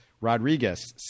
Rodriguez